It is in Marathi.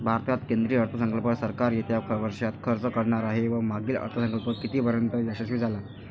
भारतात केंद्रीय अर्थसंकल्प सरकार येत्या वर्षात खर्च करणार आहे व मागील अर्थसंकल्प कितीपर्तयंत यशस्वी झाला